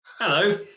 Hello